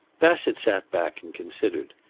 bassett sat back and considered.